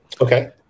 Okay